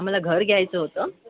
हा मला घर घ्यायचं होतं